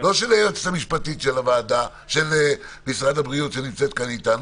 לא של היועצת המשפטית של משרד הבריאות שנמצאת כאן איתנו,